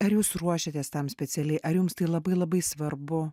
ar jūs ruošiatės tam specialiai ar jums tai labai labai svarbu